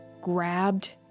grabbed